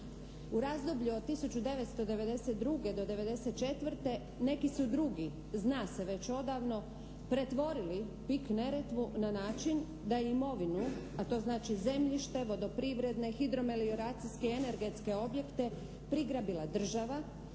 U razdoblju od 1992. do 94. neki su drugi, zna se već odavno, pretvorili PIK "Neretvu" na način da imovinu, a to znači zemljište, vodoprivredne, hidromeriolarcijske i energetske objekte prigrabila država,